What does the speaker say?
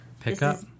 Pickup